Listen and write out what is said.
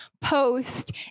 post